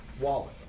wallet